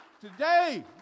today